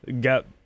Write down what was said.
Got